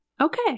Okay